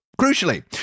crucially